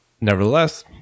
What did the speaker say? Nevertheless